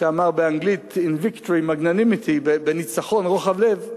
שאמר: "In victory magnanimity" "בניצחון רוחב לב".